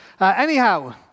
Anyhow